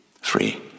Free